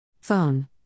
Phone